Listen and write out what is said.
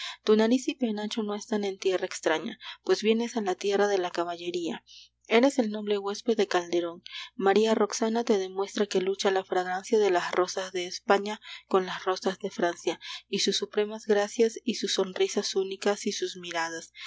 tu nariz y penacho no están en tierra extraña pues vienes a la tierra de la caballería eres el noble huésped de calderón maría roxana te demuestra que lucha la fragancia de las rosas de españa con las rosas de francia y sus supremas gracias y sus sonrisas únicas y sus miradas